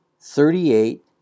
thirty-eight